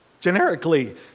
generically